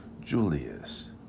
Julius